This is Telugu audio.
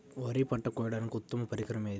వరి పంట కోయడానికి ఉత్తమ పరికరం ఏది?